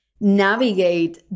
navigate